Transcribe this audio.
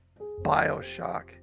Bioshock